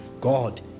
God